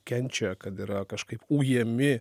kenčia kad yra kažkaip ujami